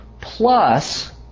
plus